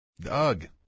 Doug